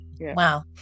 Wow